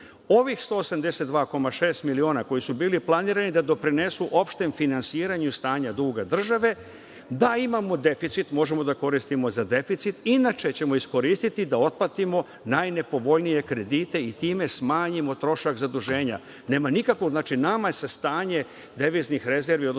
Ovih 182,6 miliona koji su bili planirani da doprinesu opštem finansiranju stanja duga države, da imamo deficit, možemo da koristimo za deficit, inače ćemo iskoristiti da otplatimo najnepovoljnije kredite i time smanjimo trošak zaduženja. Nama se stanje fiskalnih rezervi